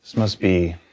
must be